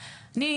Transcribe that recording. רגע,